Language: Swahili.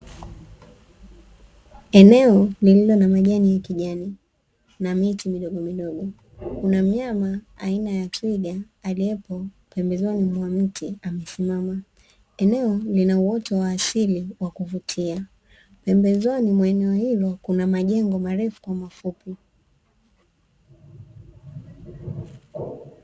Eneo lililo na majani ya kijani na miti midogomidogo. Kuna mnyama aina ya twiga aliyepo pembezoni mwa mti amesimama. Eneo lina uoto wa asili wa kuvutia; pembezoni mwa eneo hilo kuna majengo marefu na mafupi.